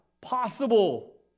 possible